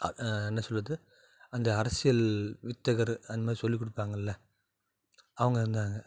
என்ன சொல்கிறது அந்த அரசியல் வித்தகர் அந்தமாதிரி சொல்லி கொடுப்பாங்கள்ல அவங்க இருந்தாங்க